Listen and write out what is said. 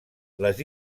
les